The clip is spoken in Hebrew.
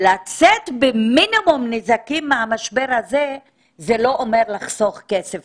לצאת במינימום נזקים מהמשבר הזה זה לא אומר לחסוך כסף